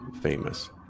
famous